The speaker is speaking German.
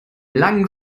langen